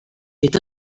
est